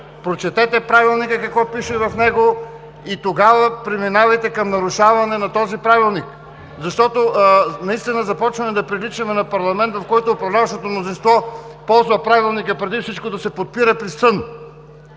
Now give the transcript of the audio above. Прочетете Правилника какво пише в него и тогава преминавайте към нарушаване на този Правилник! Защото наистина започваме да приличаме на парламент, в който управляващото мнозинство ползва Правилника преди всичко да се подпира при сън.